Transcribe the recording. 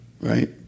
Right